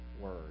word